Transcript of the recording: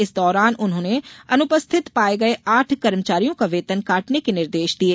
इस दौरान उन्होंने अनुपस्थित पाये गये आठ कर्मचारियों का वेतन काटने के निर्देश दिये